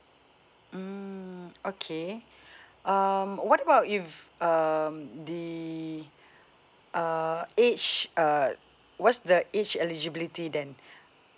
mm okay um what about if um the uh age uh what's the age eligibility then